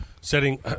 setting